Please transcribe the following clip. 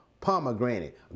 pomegranate